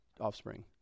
offspring